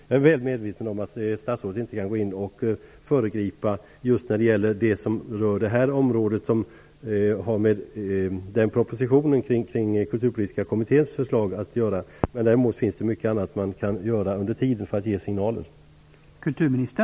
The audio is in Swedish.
Jag är väl medveten om att statsrådet inte kan gå in och föregripa just det som rör det här området, som har att göra med den proposition som skall följa på Kulturpolitiska kommitténs förslag, men däremot finns det mycket annat som kan göras under tiden för att ge signaler.